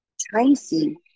Tracy